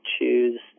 choose